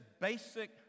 basic